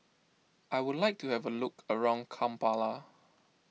I would like to have a look around Kampala